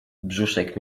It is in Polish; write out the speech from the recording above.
brzuszek